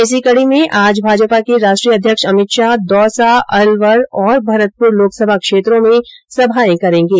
इसी कडी में आज भाजपा के राष्ट्रीय अध्यक्ष अमित शाह दौसा अलवर और भरतपुर लोकसभा क्षेत्रों में सभाए करेंगे